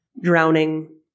drowning